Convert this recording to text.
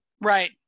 Right